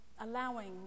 allowing